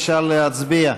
אפשר להצביע.